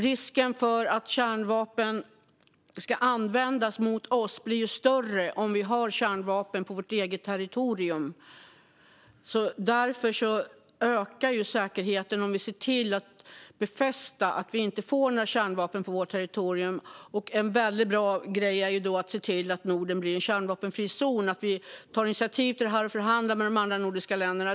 Risken för att kärnvapen ska användas mot oss blir större om vi har kärnvapen på vårt eget territorium. Därför ökar säkerheten om vi ser till att befästa att vi inte får några kärnvapen på vårt territorium. En väldigt bra grej då är att se till att Norden blir en kärnvapenfri zon och att vi tar initiativ till det och förhandlar med de andra nordiska länderna.